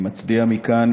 אני מצדיע מכאן,